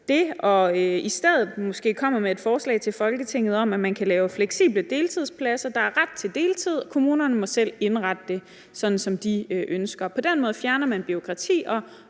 det og måske i stedet kommer med et forslag til Folketinget om, at man kan lave fleksible deltidspladser, at der er ret til deltid, og at kommunerne selv må indrette det, sådan som de ønsker det. På den måde fjerner man bureaukrati og